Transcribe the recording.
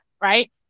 right